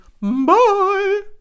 bye